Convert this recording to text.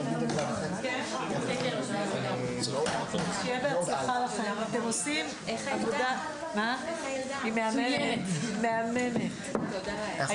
הישיבה ננעלה בשעה 10:55.